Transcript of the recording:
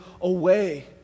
away